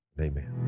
Amen